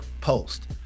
Post